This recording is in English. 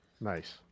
nice